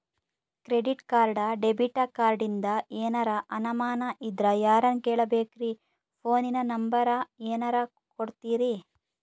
Credit card, debit ಕಾರ್ಡಿಂದ ಏನರ ಅನಮಾನ ಇದ್ರ ಯಾರನ್ ಕೇಳಬೇಕ್ರೀ, ಫೋನಿನ ನಂಬರ ಏನರ ಕೊಡ್ತೀರಿ?